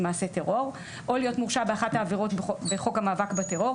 מעשה טרור או להיות מורשע באחת העבירות בחוק המאבק בטרור,